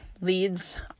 leads